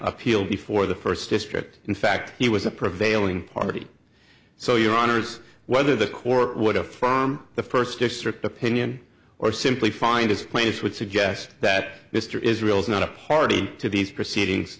appeal before the first district in fact he was a prevailing party so your honour's whether the court would have the first district opinion or simply find his place would suggest that mr israel's not a party to these proceedings